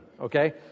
Okay